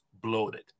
bloated